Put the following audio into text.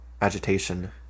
agitation